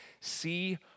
see